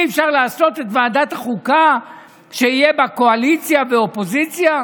אי-אפשר לעשות את ועדת החוקה שיהיו בה קואליציה ואופוזיציה?